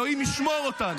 אלוהים ישמור אותנו.